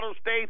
State